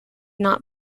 not